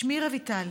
שמי רויטל,